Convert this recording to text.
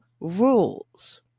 rules